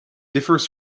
differs